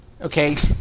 Okay